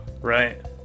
Right